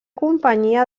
companyia